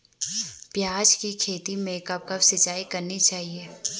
प्याज़ की खेती में कब कब सिंचाई करनी चाहिये?